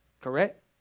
Correct